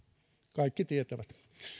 kaikki tietävät